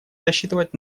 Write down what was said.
рассчитывать